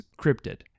cryptid